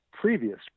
previous